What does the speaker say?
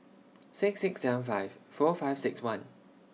six six seven five four five six one